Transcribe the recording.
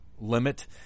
limit